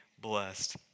blessed